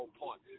point